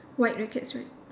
white rackets right